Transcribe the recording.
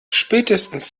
spätestens